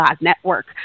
network